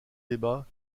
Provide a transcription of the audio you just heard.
débat